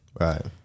Right